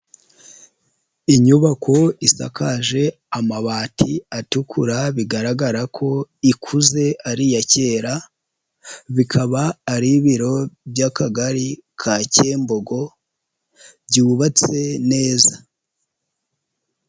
Inyubako isakaje amabati atukura, bigaragara ko ikuze ari iya kera, bikaba ari ibiro by'Akagari ka Kimbogo byubatse neza.